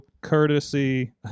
courtesy